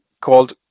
called